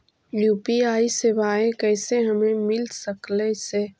UPI सेवाएं कैसे हमें मिल सकले से?